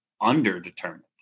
under-determined